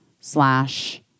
slash